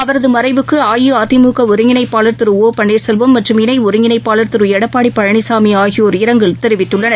அவரதுமறைவுக்குஅஇஅதிமுகஒருங்கிணைப்பாளர் திருஓபன்னீர்செல்வம் மற்றும் இணைஒருங்கிணைப்பாளர் திருடப்பாடிபழனிசாமி ஆகியோர் இரங்கல் தெரிவித்துள்ளனர்